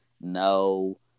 no